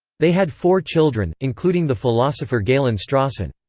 they had four children, including the philosopher galen strawson.